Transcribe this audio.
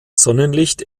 sonnenlicht